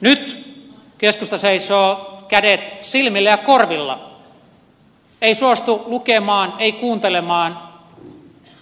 nyt keskusta seisoo kädet silmillä ja korvilla ei suostu lukemaan ei kuuntelemaan